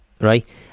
Right